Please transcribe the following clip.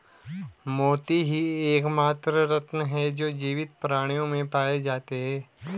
मोती ही एकमात्र रत्न है जो जीवित प्राणियों में पाए जाते है